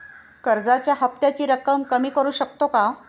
कर्जाच्या हफ्त्याची रक्कम कमी करू शकतो का?